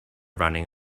running